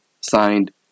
signed